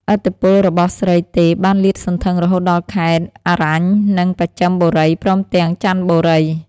ឥទ្ធិពលរបស់ស្រីទេពបានលាតសន្ធឹងរហូតដល់ខេត្ត អរញ្ញ និង បស្ចឹមបូរីព្រមទាំង ច័ន្ទបូរី ។